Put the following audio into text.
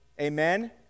Amen